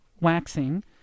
waxing